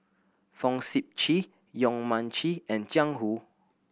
Fong Sip Chee Yong Mun Chee and Jiang Hu